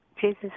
Jesus